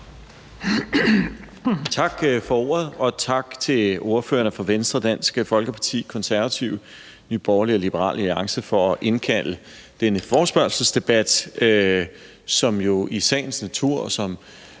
Tak for ordet. Og tak til ordførerne for Venstre, Dansk Folkeparti, Konservative, Nye Borgerlige og Liberal Alliance for at indkalde til denne forespørgselsdebat, som jo i sagens natur,